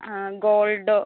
ആ ഗോൾഡോ